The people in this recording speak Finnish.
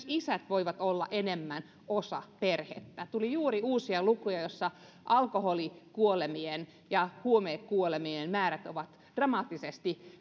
isät voivat olla enemmän osa perhettä tuli juuri uusia lukuja joissa alkoholikuolemien ja huumekuolemien määrät ovat dramaattisesti